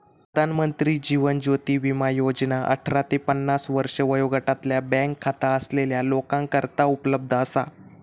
प्रधानमंत्री जीवन ज्योती विमा योजना अठरा ते पन्नास वर्षे वयोगटातल्या बँक खाता असलेल्या लोकांकरता उपलब्ध असा